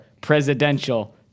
presidential